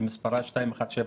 שמספרה 2174,